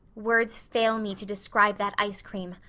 words fail me to describe that ice cream.